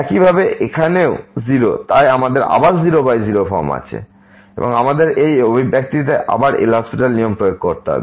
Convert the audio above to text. একইভাবে এখানেও 0 তাই আমাদের আবার 00 ফর্ম আছে এবং আমাদের এই অভিব্যক্তিতে আবার LHospital নিয়ম প্রয়োগ করতে হবে